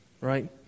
Right